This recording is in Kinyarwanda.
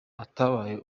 atabaye